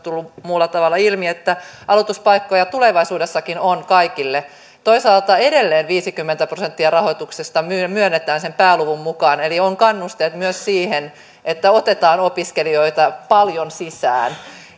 ja on tullut muulla tavalla ilmi että aloituspaikkoja tulevaisuudessakin on kaikille toisaalta edelleen viisikymmentä prosenttia rahoituksesta myönnetään sen pääluvun mukaan eli on kannusteet myös siihen että otetaan opiskelijoita paljon sisään